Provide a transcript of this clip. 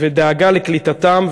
ודאגה לקליטתם.